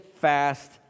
fast